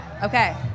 Okay